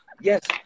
Yes